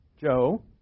Joe